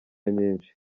nyinshi